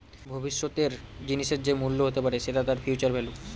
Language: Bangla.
ভবিষ্যতের জিনিসের যে মূল্য হতে পারে সেটা তার ফিউচার ভেল্যু